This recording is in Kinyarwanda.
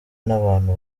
n’abantu